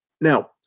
Now